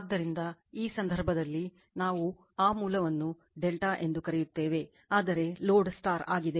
ಆದ್ದರಿಂದ ಈ ಸಂದರ್ಭದಲ್ಲಿ ನಾವು ಆ ಮೂಲವನ್ನು ∆ ಎಂದು ಕರೆಯುತ್ತೇವೆ ಆದರೆ ಲೋಡ್ ಆಗಿದೆ